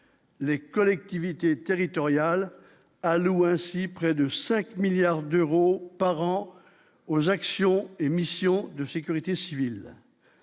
les collectivités territoriales ainsi près de 5 milliards d'euros par an aux actions, émission de sécurité civile